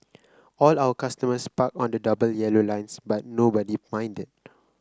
all our customers parked on the double yellow lines but nobody minded